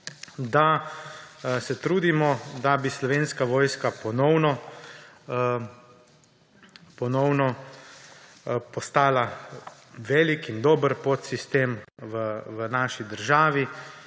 se trudimo, da bi Slovenska vojska ponovno postala velik in dober podsistem v naši državi,